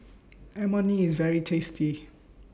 Imoni IS very tasty